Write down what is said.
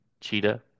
Cheetah